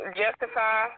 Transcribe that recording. justify